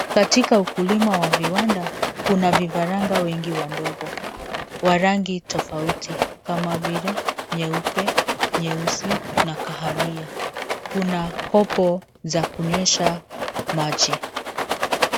Katika ukulima wa viwanda, kuna vifaranga wengi wadogo, wa rangi tofauti, kama vile nyeupe, nyeusi , na kahawia. Kuna kopo za kunywesha maji.